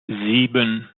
sieben